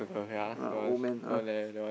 ah old man ah